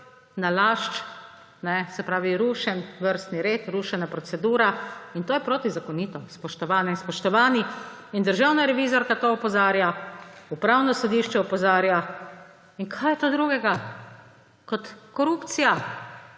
nalašč rušen vrstni red, rušena procedura in to je protizakonito, spoštovane in spoštovani. Državna revizorka na to opozarja, Upravno sodišče opozarja. Kaj je to drugega kot korupcija?